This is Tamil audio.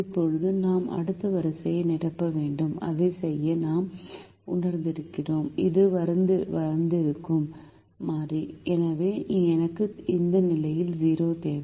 இப்போது நாம் அடுத்த வரிசையை நிரப்ப வேண்டும் அதைச் செய்ய நாம் உணர்ந்திருக்கிறோம் இது வந்திருக்கும் மாறி எனவே எனக்கு இந்த நிலையில் 0 தேவை